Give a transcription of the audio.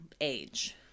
age